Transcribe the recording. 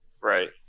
Right